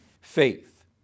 faith